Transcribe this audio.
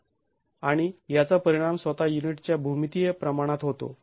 आणि याचा परिणाम स्वतः युनिटच्या भूमितीय प्रमाणात होतो